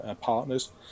partners